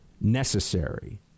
necessary